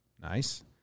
Nice